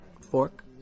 Fork